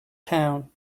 town